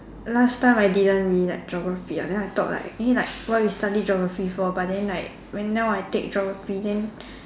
last time I didn't really like geography ah then I thought like eh like why we study geography for but then like when now I take geography then